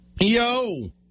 yo